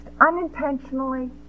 unintentionally